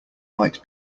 might